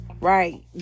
Right